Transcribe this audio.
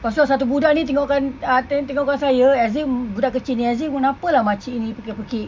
lepas tu ada satu budak ni tengokkan uh tengokkan saya as if budak kecil ni as if kenapa lah makcik ni pekik-pekik